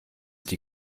die